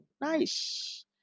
Nice